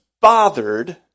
bothered